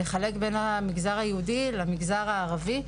לחלק בין המגזר היהודי למגזר הערבי,